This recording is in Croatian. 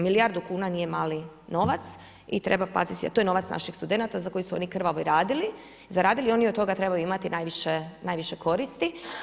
Milijardu kuna nije mali novac i treba paziti, to je novac naših studenata za koje su oni krvavo radili, zaradili i oni od toga trebaju imati najviše koristi.